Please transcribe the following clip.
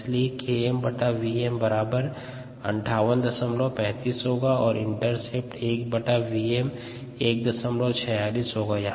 इसलिए KmVm बराबर 5835 होगा और इंटरसेप्ट 1Vm 146 होता है